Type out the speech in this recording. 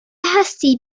هستی